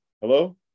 Hello